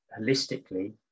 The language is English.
holistically